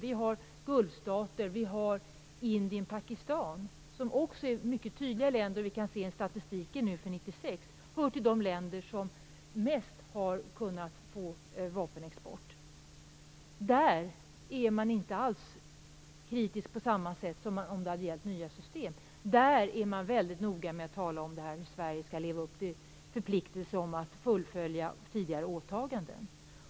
Vi har Gulfstaterna, Indien och Pakistan som också mycket tydligt, kan vi se i statistiken för 1996, hör till de länder som har kunnat få vapenexport. Där är man inte alls kritisk på samma sätt som om det hade gällt nya system. Där är man väldigt noga med att tala om att Sverige skall leva upp till förpliktelser om att fullfölja tidigare åtaganden.